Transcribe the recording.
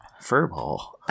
Furball